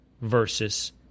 versus